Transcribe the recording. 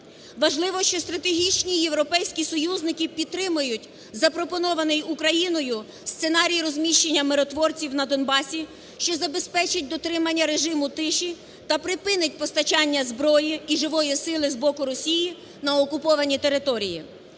Важливо, що стратегічні європейські союзники підтримають запропонований Україною сценарій розміщення миротворців на Донбасі, що забезпечить дотримання режиму тиші та припинить постачання зброї і живої сили з боку Росії на окуповані території.